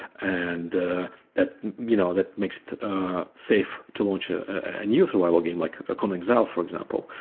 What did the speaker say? and that you know that makes it safe to launch a ah new survival game, like ah conan exiles for example.